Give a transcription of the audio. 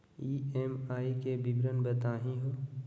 EMI के विवरण बताही हो?